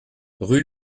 rue